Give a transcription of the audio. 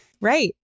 Right